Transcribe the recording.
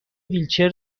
ویلچر